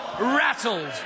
Rattled